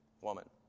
woman